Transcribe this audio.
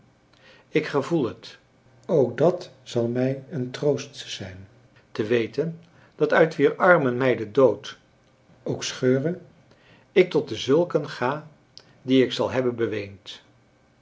ik gevoel het ook dat zal mij een troost zijn te weten dat uit wier armen mij de dood ook seheure ik tot dezulken ga die ik zal hebben beweend